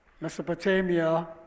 Mesopotamia